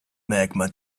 magma